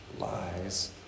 lies